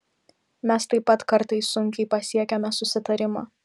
mes taip pat kartais sunkiai pasiekiame susitarimą